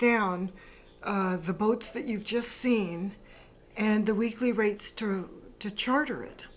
down the boat that you've just seen and the weekly rates through to charter it